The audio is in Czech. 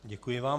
Děkuji vám.